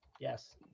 Yes